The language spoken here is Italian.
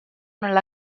nella